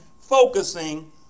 focusing